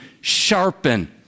sharpen